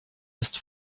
ist